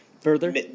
Further